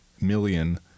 million